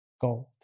gold